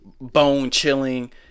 bone-chilling